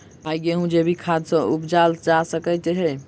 भाई गेंहूँ जैविक खाद सँ उपजाल जा सकै छैय?